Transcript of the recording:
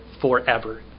forever